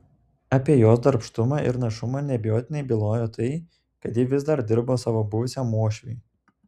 apie jos darbštumą ir našumą neabejotinai bylojo tai kad ji vis dar dirbo savo buvusiam uošviui